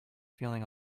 feeling